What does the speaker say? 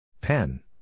Pen